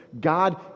God